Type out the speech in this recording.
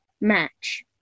match